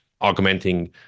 augmenting